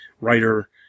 writer